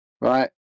Right